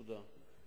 תודה.